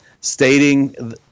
stating